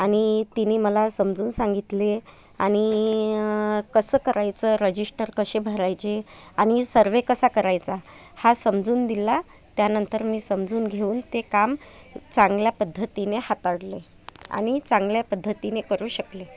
आणि तिने मला समजून सांगितले आणि कसं करायचं रजिस्टर कसे भरायचे आणि सर्व्हे कसा करायचा हा समजून दिला त्यानंतर मी समजून घेऊन ते काम चांगल्या पद्धतीने हाताळले आणि चांगल्या पद्धतीने करू शकले